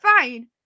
fine